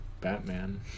Batman